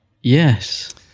Yes